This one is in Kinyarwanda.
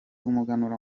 w’umuganura